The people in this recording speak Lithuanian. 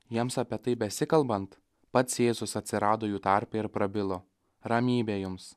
jiems apie tai besikalbant pats jėzus atsirado jų tarpe ir prabilo ramybė jums